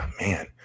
man